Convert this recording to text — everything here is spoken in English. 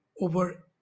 over